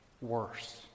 worse